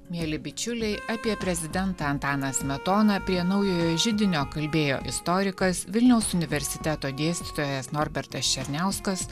mieli bičiuliai apie prezidentą antaną smetoną prie naujojo židinio kalbėjo istorikas vilniaus universiteto dėstytojas norbertas černiauskas